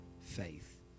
faith